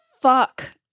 Fuck